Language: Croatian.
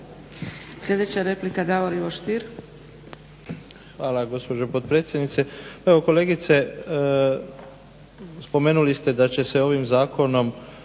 Sljedeća replika Davor Ivo Stier.